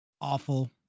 awful